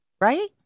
Right